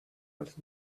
als